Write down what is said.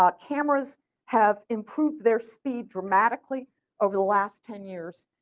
um cameras have improved their speed dramatically over the last ten years.